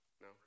no